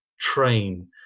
train